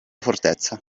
fortezza